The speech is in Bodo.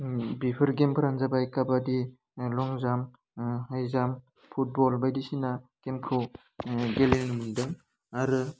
बेफोर गेमफोरानो जाबाय काबादि long jump high jump football बायदिसिना गेमखौ गेलेनो मोन्दों आरो